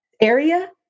area